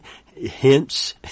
Hence